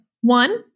One